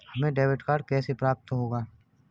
हमें debit card कैसे प्राप्त होगा?